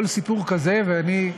כל סיפור כזה, ואני,